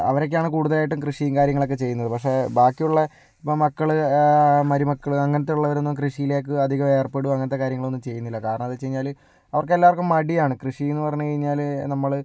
അവരൊക്കെയാണ് കൂടുതലായിട്ട് കൃഷിയും കാര്യങ്ങളൊക്കെ ചെയ്യുന്നത് പക്ഷേ ബാക്കിയുള്ള ഇപ്പം മക്കള് മരുമക്കള് അങ്ങനത്തെ ഉള്ളവരൊന്നും കൃഷിയിലേക്ക് അധികം ഏർപ്പെടുകയോ അങ്ങനത്തെ കാര്യങ്ങൾ ഒന്നും ചെയ്യുന്നില്ല കാരണം എന്താന്ന് വെച്ച് കഴിഞ്ഞാല് അവർക്ക് എല്ലാവർക്കും മടിയാണ് കൃഷി എന്ന് പറഞ്ഞു കഴിഞ്ഞാല് നമ്മള്